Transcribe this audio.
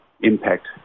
impact